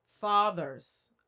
fathers